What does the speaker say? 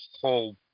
whole